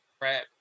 crap